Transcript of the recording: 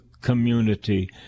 community